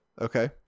Okay